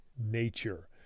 nature